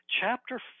Chapter